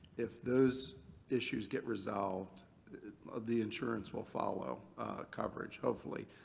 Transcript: if those issues get resolved the insurance will follow coverage, hopefully.